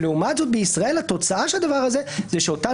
לעומת זאת בישראל התוצאה של הדבר הזה היא שאותן